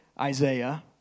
Isaiah